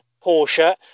Porsche